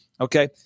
Okay